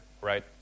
right